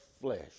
flesh